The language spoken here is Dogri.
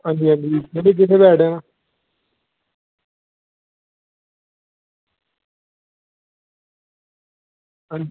अंजी अंजी मिगी बी सनाई ओड़ो आं